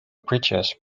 bridges